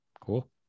Cool